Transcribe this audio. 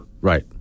Right